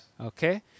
Okay